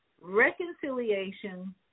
reconciliation